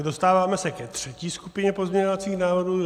Dostáváme se ke třetí skupině pozměňovacích návrhů.